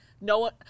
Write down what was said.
no